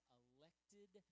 elected